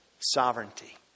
sovereignty